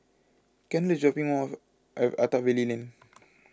Kendal is dropping me off at Attap Valley Lane